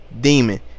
demon